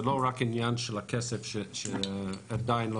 זה לא רק העניין של הכסף שעדיין לא